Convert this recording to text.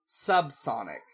Subsonic